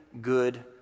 good